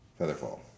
Featherfall